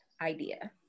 idea